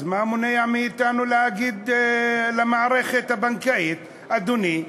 אז מה מונע מאתנו להגיד למערכת הבנקאית, "אדוני,